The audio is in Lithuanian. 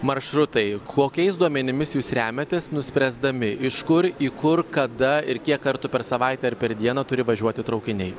maršrutai kokiais duomenimis jūs remiatės nuspręsdami iš kur į kur kada ir kiek kartų per savaitę ar per dieną turi važiuoti traukiniai